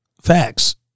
Facts